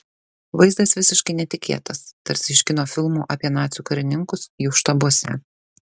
vaizdas visiškai netikėtas tarsi iš kino filmų apie nacių karininkus jų štabuose